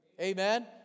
Amen